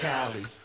Cali